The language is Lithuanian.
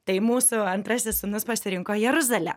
tai mūsų antrasis sūnus pasirinko jeruzalę